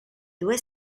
due